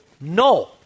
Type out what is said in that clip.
no